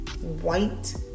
white